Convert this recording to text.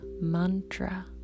mantra